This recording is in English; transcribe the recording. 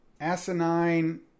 asinine